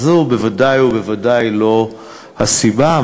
אז זו בוודאי ובוודאי לא הסיבה.